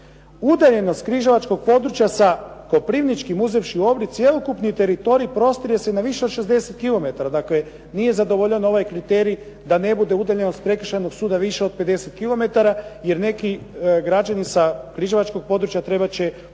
Udaljenost križevačkog područja sa koprivničkim, uzevši u obzir cjelokupni teritorij prostire se na više od 60 kilometara, dakle, nije zadovoljen ovaj kriterij da ne bude udaljenost prekršajnog suda više od 50 km, jer neki građani sa križevačkog područja trebati će više